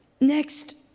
Next